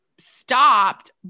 Stopped